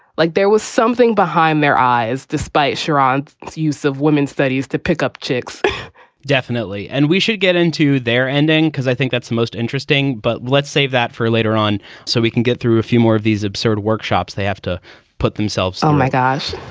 like there was something behind their eyes despite sharon's use of women's studies to pick up chicks definitely. and we should get into their ending because i think that's the most interesting. but let's save that for later on so we can get through a few more of these absurd workshops. they have to put themselves, oh, my gosh.